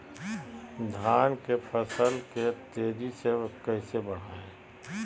धान की फसल के तेजी से कैसे बढ़ाएं?